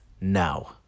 now